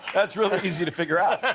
that's real easy to figure out.